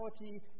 reality